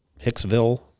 Hicksville